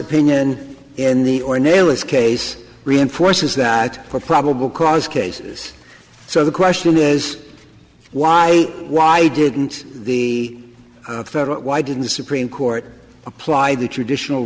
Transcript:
opinion in the or nail this case reinforces that for probable cause cases so the question is why why didn't the federal why didn't the supreme court apply the traditional